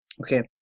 okay